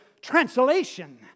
translation